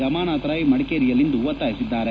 ರಮಾನಾಥ ರೈ ಮಡಿಕೇರಿಯಲ್ಲಿಂದು ಒತ್ತಾಯಿಸಿದ್ದಾರೆ